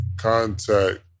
contact